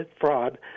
fraud